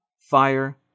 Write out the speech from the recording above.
fire